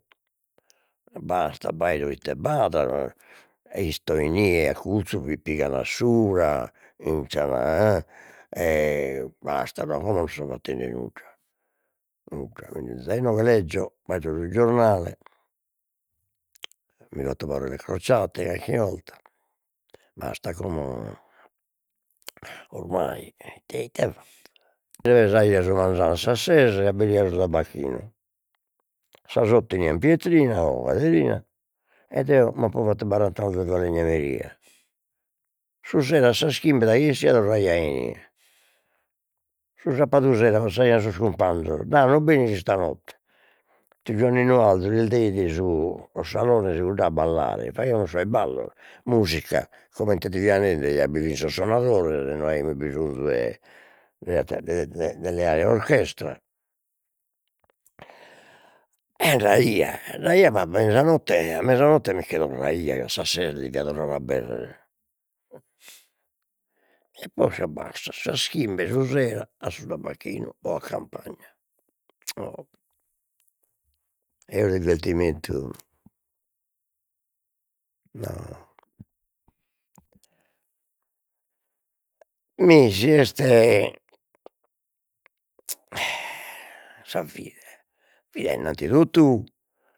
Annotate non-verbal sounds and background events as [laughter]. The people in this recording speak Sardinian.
E basta abbaido ite b'at e isto inie accurzu, fit pigada a subra [unintelligible] [hesitation] e basta co co no so fattende nudda, nudda [unintelligible] benimus a inoghe leggio [unintelligible] su giornale, mi fatto parole crociate carchi 'olta, basta como, ormai ite ite fatto minde pesaio su manzanu a sas ses e abberia su tabbacchinu, a sos otto 'enian Pietrina o Caderina, ed eo m'apo fattu baranta annos de falegnameria, su sera a sas chimbe daghi 'essia torraia [hesitation] su sapadu sera passaian sos cumpanzos, dai non benis istanotte, tiu Giuanninu Alzu lis deit [hesitation] sos salones iguddae a ballare e faghiamus sos ballos, musica comente ti fiat nende già bi fin sos sonadores, no aimus bisonzu 'e de de de de leare orchestra, e andaio, andaia ma a mesanotte a mesanotte micche torraia, a sas ses devia torrare a abberrer, e posca basta, a sas chimbe su sera a su tabbacchinu o a campagna [hesitation] eo diveltimentu no no mi si est [hesitation] e e [noise] sa fide fia innanti 'e totu